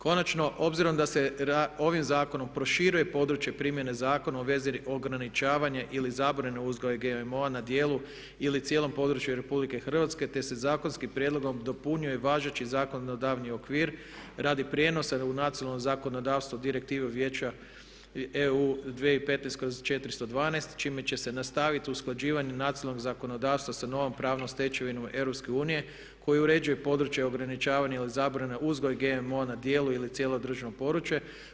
Konačno obzirom da se ovim zakonom proširuje područje primjene zakona o vezi ograničavanja ili zabrane uzgoja GMO-a na djelu ili cijelom području RH te se zakonskim prijedlogom dopunjuje važeći zakonodavni okvir radi prijenosa u nacionalno zakonodavstvo Direktive Vijeća EU 2015/412 čime će se nastaviti usklađivanje nacionalnog zakonodavstva sa novom pravnom stečevinom EU koja uređuje područje ograničavanja od zabrane, uzgoj GMO-a na dijelu ili cijelo državno područje.